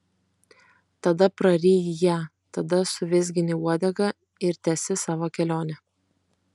tada praryji ją tada suvizgini uodega ir tęsi savo kelionę